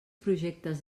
projectes